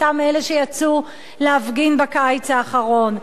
אותם אלה שיצאו להפגין בקיץ האחרון.